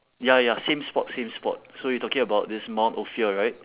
ya ya ya same spot same spot so you're talking about this mount ophir right